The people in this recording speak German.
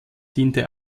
diente